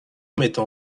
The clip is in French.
mettant